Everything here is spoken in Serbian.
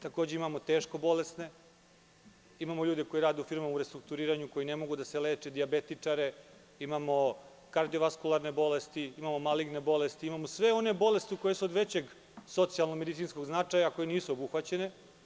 Takođe, imamo teško bolesne, imamo ljude koji rade u firmama u restrukturiranju, koji ne mogu da se leče, dijabetičare, imamo kardio-vaskularne bolesti, imamo maligne bolesti, imamo sve one bolesti koje su od veće socijalno-medicinskog značaja, a koje nisu obuhvaćene.